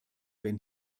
wenn